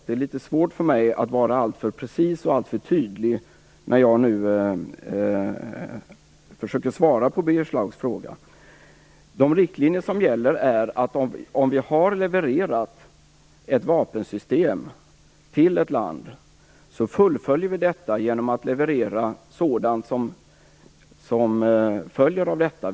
Det är litet svårt för mig att vara alltför precis och alltför tydlig när jag nu försöker svara på Birger Schlaugs fråga. De riktlinjer som gäller är att om vi har levererat ett vapensystem till ett land så fullföljer vi detta genom att leverera sådant som följer av affären.